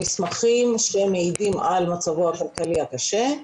מסמכים שמעידים על מצבו הכלכלי הקשה.